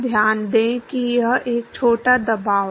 ध्यान दें कि यह एक छोटा दबाव है